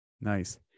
nice